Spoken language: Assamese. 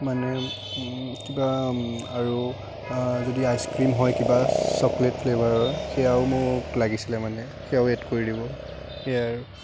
মানে কিবা আৰু যদি আইচক্ৰীম হয় কিবা চকলেট ফ্লেভাৰৰ সেয়াও মোক লাগিছিলে মানে সেয়াও এড কৰি দিব সেয়াই আৰু